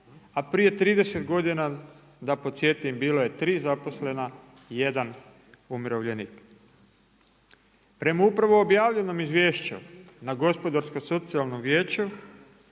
a prije 30 godina da podsjetim bilo 3 zaposlena, jedan umirovljenik. Prema upravo objavljenom izvješću, na Gospodarsko-socijalnom vijeću,